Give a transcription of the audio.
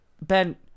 Ben